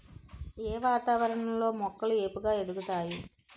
ఏ వాతావరణం లో మొక్కలు ఏపుగ ఎదుగుతాయి?